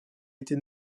été